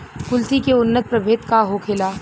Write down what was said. कुलथी के उन्नत प्रभेद का होखेला?